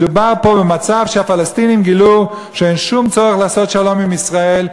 מדובר פה במצב שהפלסטינים גילו שאין שום צורך לעשות שלום עם ישראל,